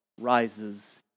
rises